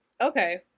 Okay